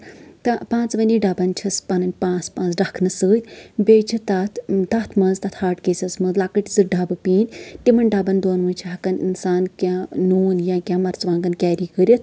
تہٕ پانٛژوٕنی ڈَبن چھِس پنٕنۍ پانٛژھ پانٛژھ ڈَکھنہٕ سۭتۍ بیٚیہِ چھِ تَتھ منٛز تَتھ ہاٹ کیسس منٛز لۄکٕٹۍ زٕ ڈَبہٕ پیٖنتۍ تِمن ڈَبن دۄن منٛز چھِ ہٮ۪کان انسان کیٚنٛہہ نوٗن یا کیٚنٛہہ مرژٕوانگن کیری کٔرِتھ